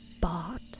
bought